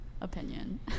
opinion